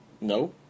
no